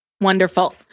wonderful